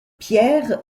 pierre